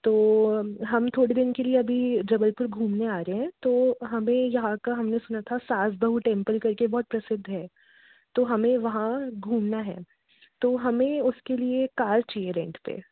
तो हम थोड़े दिन के लिए अभी जबलपुर घूमने आ रहे हैं तो हमें यहाँ का हम ने सुना था सास बहू टेम्पल कर के बहुत प्रसिद्ध है तो हमें वहाँ घूमना है तो हमें उसके लिए कार चाहिए रेंट पर